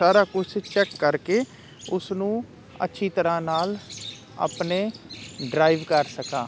ਸਾਰਾ ਕੁਛ ਚੈੱਕ ਕਰਕੇ ਉਸ ਨੂੰ ਅੱਛੀ ਤਰ੍ਹਾਂ ਨਾਲ ਆਪਣੇ ਡਰਾਈਵ ਕਰ ਸਕਾਂ